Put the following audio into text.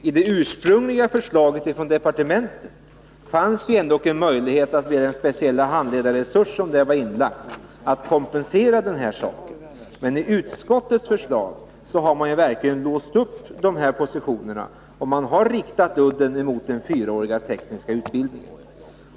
I det ursprungliga förslaget från departementet fanns ändock en möjlighet, med den speciella handledarresurs som där var inlagd, till kompensation, men i utskottets förslag har man verkligen låst positionerna och riktat udden mot den fyraåriga tekniska utbildningen.